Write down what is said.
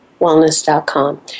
wellness.com